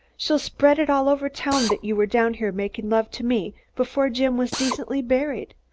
she'll spread it all over town that you were down here making love to me before jim was decently buried.